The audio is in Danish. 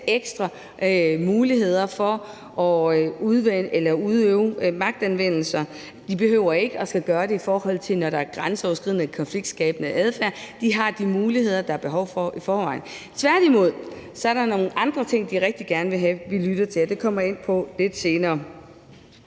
ekstra muligheder for at udøve magtanvendelse. De behøver ikke at skulle gøre det, når der er grænseoverskridende og konfliktskabende adfærd. De har i forvejen de muligheder, der er behov for. Tværtimod er der nogle andre ting, de rigtig gerne vil have at vi lytter til, og det kommer jeg ind på lidt senere.